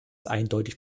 eindeutig